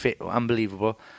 unbelievable